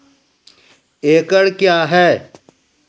एकड कया हैं?